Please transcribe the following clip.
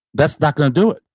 that's not going to do it.